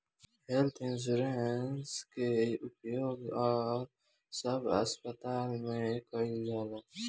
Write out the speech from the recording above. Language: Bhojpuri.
हेल्थ इंश्योरेंस के उपयोग सब अस्पताल में कईल जाता